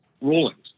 rulings